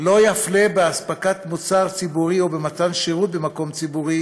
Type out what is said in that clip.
לא יפלה באספקת מוצר ציבורי או במתן שירות במקום ציבורי